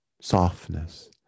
softness